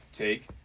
take